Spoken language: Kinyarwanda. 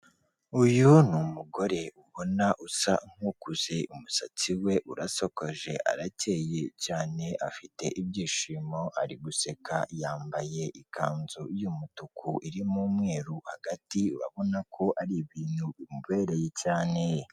Uyu ni umugore ubona usa nku'kuze, umusatsi we urasakoje, arakeye cyane, afite ibyishimo ari guseka yambaye ikanzu y'umutuku irimo umweru hagati, urabona ko ari ibintu bimubereye cyane.